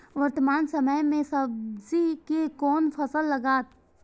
वर्तमान समय में सब्जी के कोन फसल लागत?